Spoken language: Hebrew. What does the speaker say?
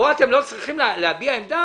כאן אתם לא צריכים להביע עמדה?